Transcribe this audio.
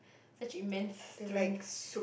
such immense strength